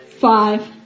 Five